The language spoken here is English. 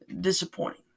disappointing